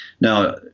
Now